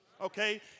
Okay